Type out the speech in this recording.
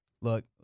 look